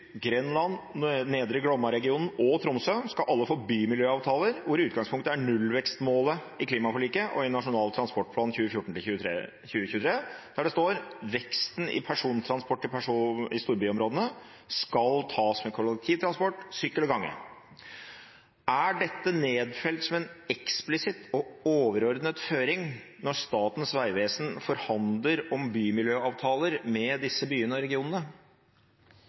Grenland, Nedre Glommaregionen og Tromsø skal få bymiljøavtaler med utgangspunkt i nullvekstmålet i Klimaforliket og Nasjonal transportplan 2014-2023: «Veksten i persontransport i storbyområdene skal tas med kollektivtransport, sykkel og gange». Er dette nedfelt som en ufravikelig og overordnet føring når Statens vegvesen forhandler om helhetlige bymiljøavtaler med regionene?»